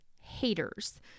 haters